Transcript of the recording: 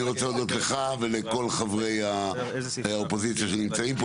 אני רוצה להודות לך ולכל חברי האופוזיציה שנמצאים פה,